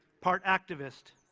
part activist,